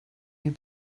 you